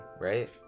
right